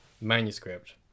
manuscript